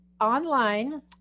Online